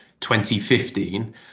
2015